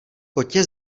kotě